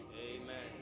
Amen